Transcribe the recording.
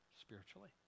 Spiritually